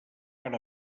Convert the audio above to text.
ara